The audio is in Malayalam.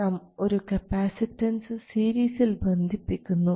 നാം ഒരു കപ്പാസിറ്റൻസ് സീരീസിൽ ബന്ധിപ്പിക്കുന്നു